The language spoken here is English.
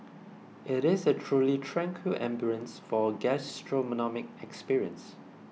it is a truly tranquil ambience for gastronomic experience